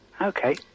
Okay